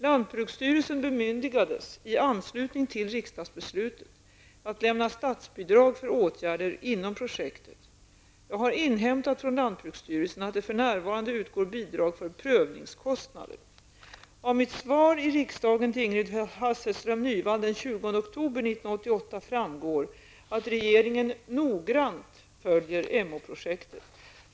Lantbruksstyrelsen bemyndigades i anslutning till riksdagsbeslutet att lämna statsbidrag för åtgärder inom projektet. Jag har inhämtat från lantbruksstyrelsen att det för närvarande utgår bidrag för prövningskostnader. Nyvall den 20 oktober 1988 framgår att regeringen noggrant följer Emåprojektet.